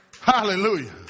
Hallelujah